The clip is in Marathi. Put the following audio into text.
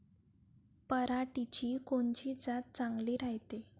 पऱ्हाटीची कोनची जात चांगली रायते?